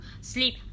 sleep